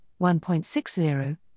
1.60